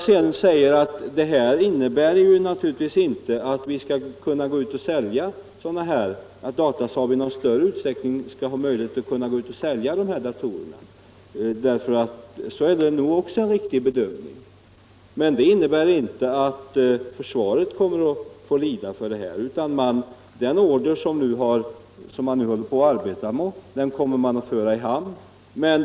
Det är nog också en riktig bedömning att detta naturligtvis inte innebär att Datasaab i någon större utsträckning skall kunna gå ut och sälja dessa datorer. Men det betyder inte att försvaret kommer att bli lidande. Den order som man nu håller på att arbeta med kommer man att föra i hamn.